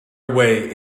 away